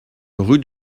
rue